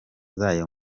zayo